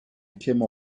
came